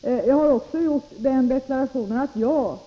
Dessutom har jag gjort den deklarationen att jag,